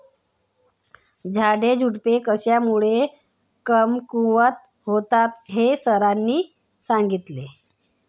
झाडेझुडपे कशामुळे कमकुवत होतात हे सरांनी सांगितले